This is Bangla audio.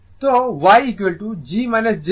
সুতরাং Yg jb